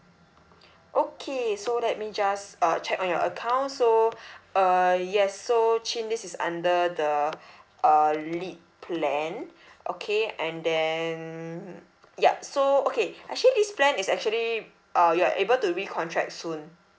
okay so let me just uh check on your account so uh yes so chin this is under the uh lit plan okay and then yup so okay actually this plan is actually uh you're able to recontract soon